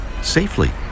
safely